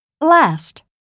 Last